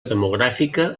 demogràfica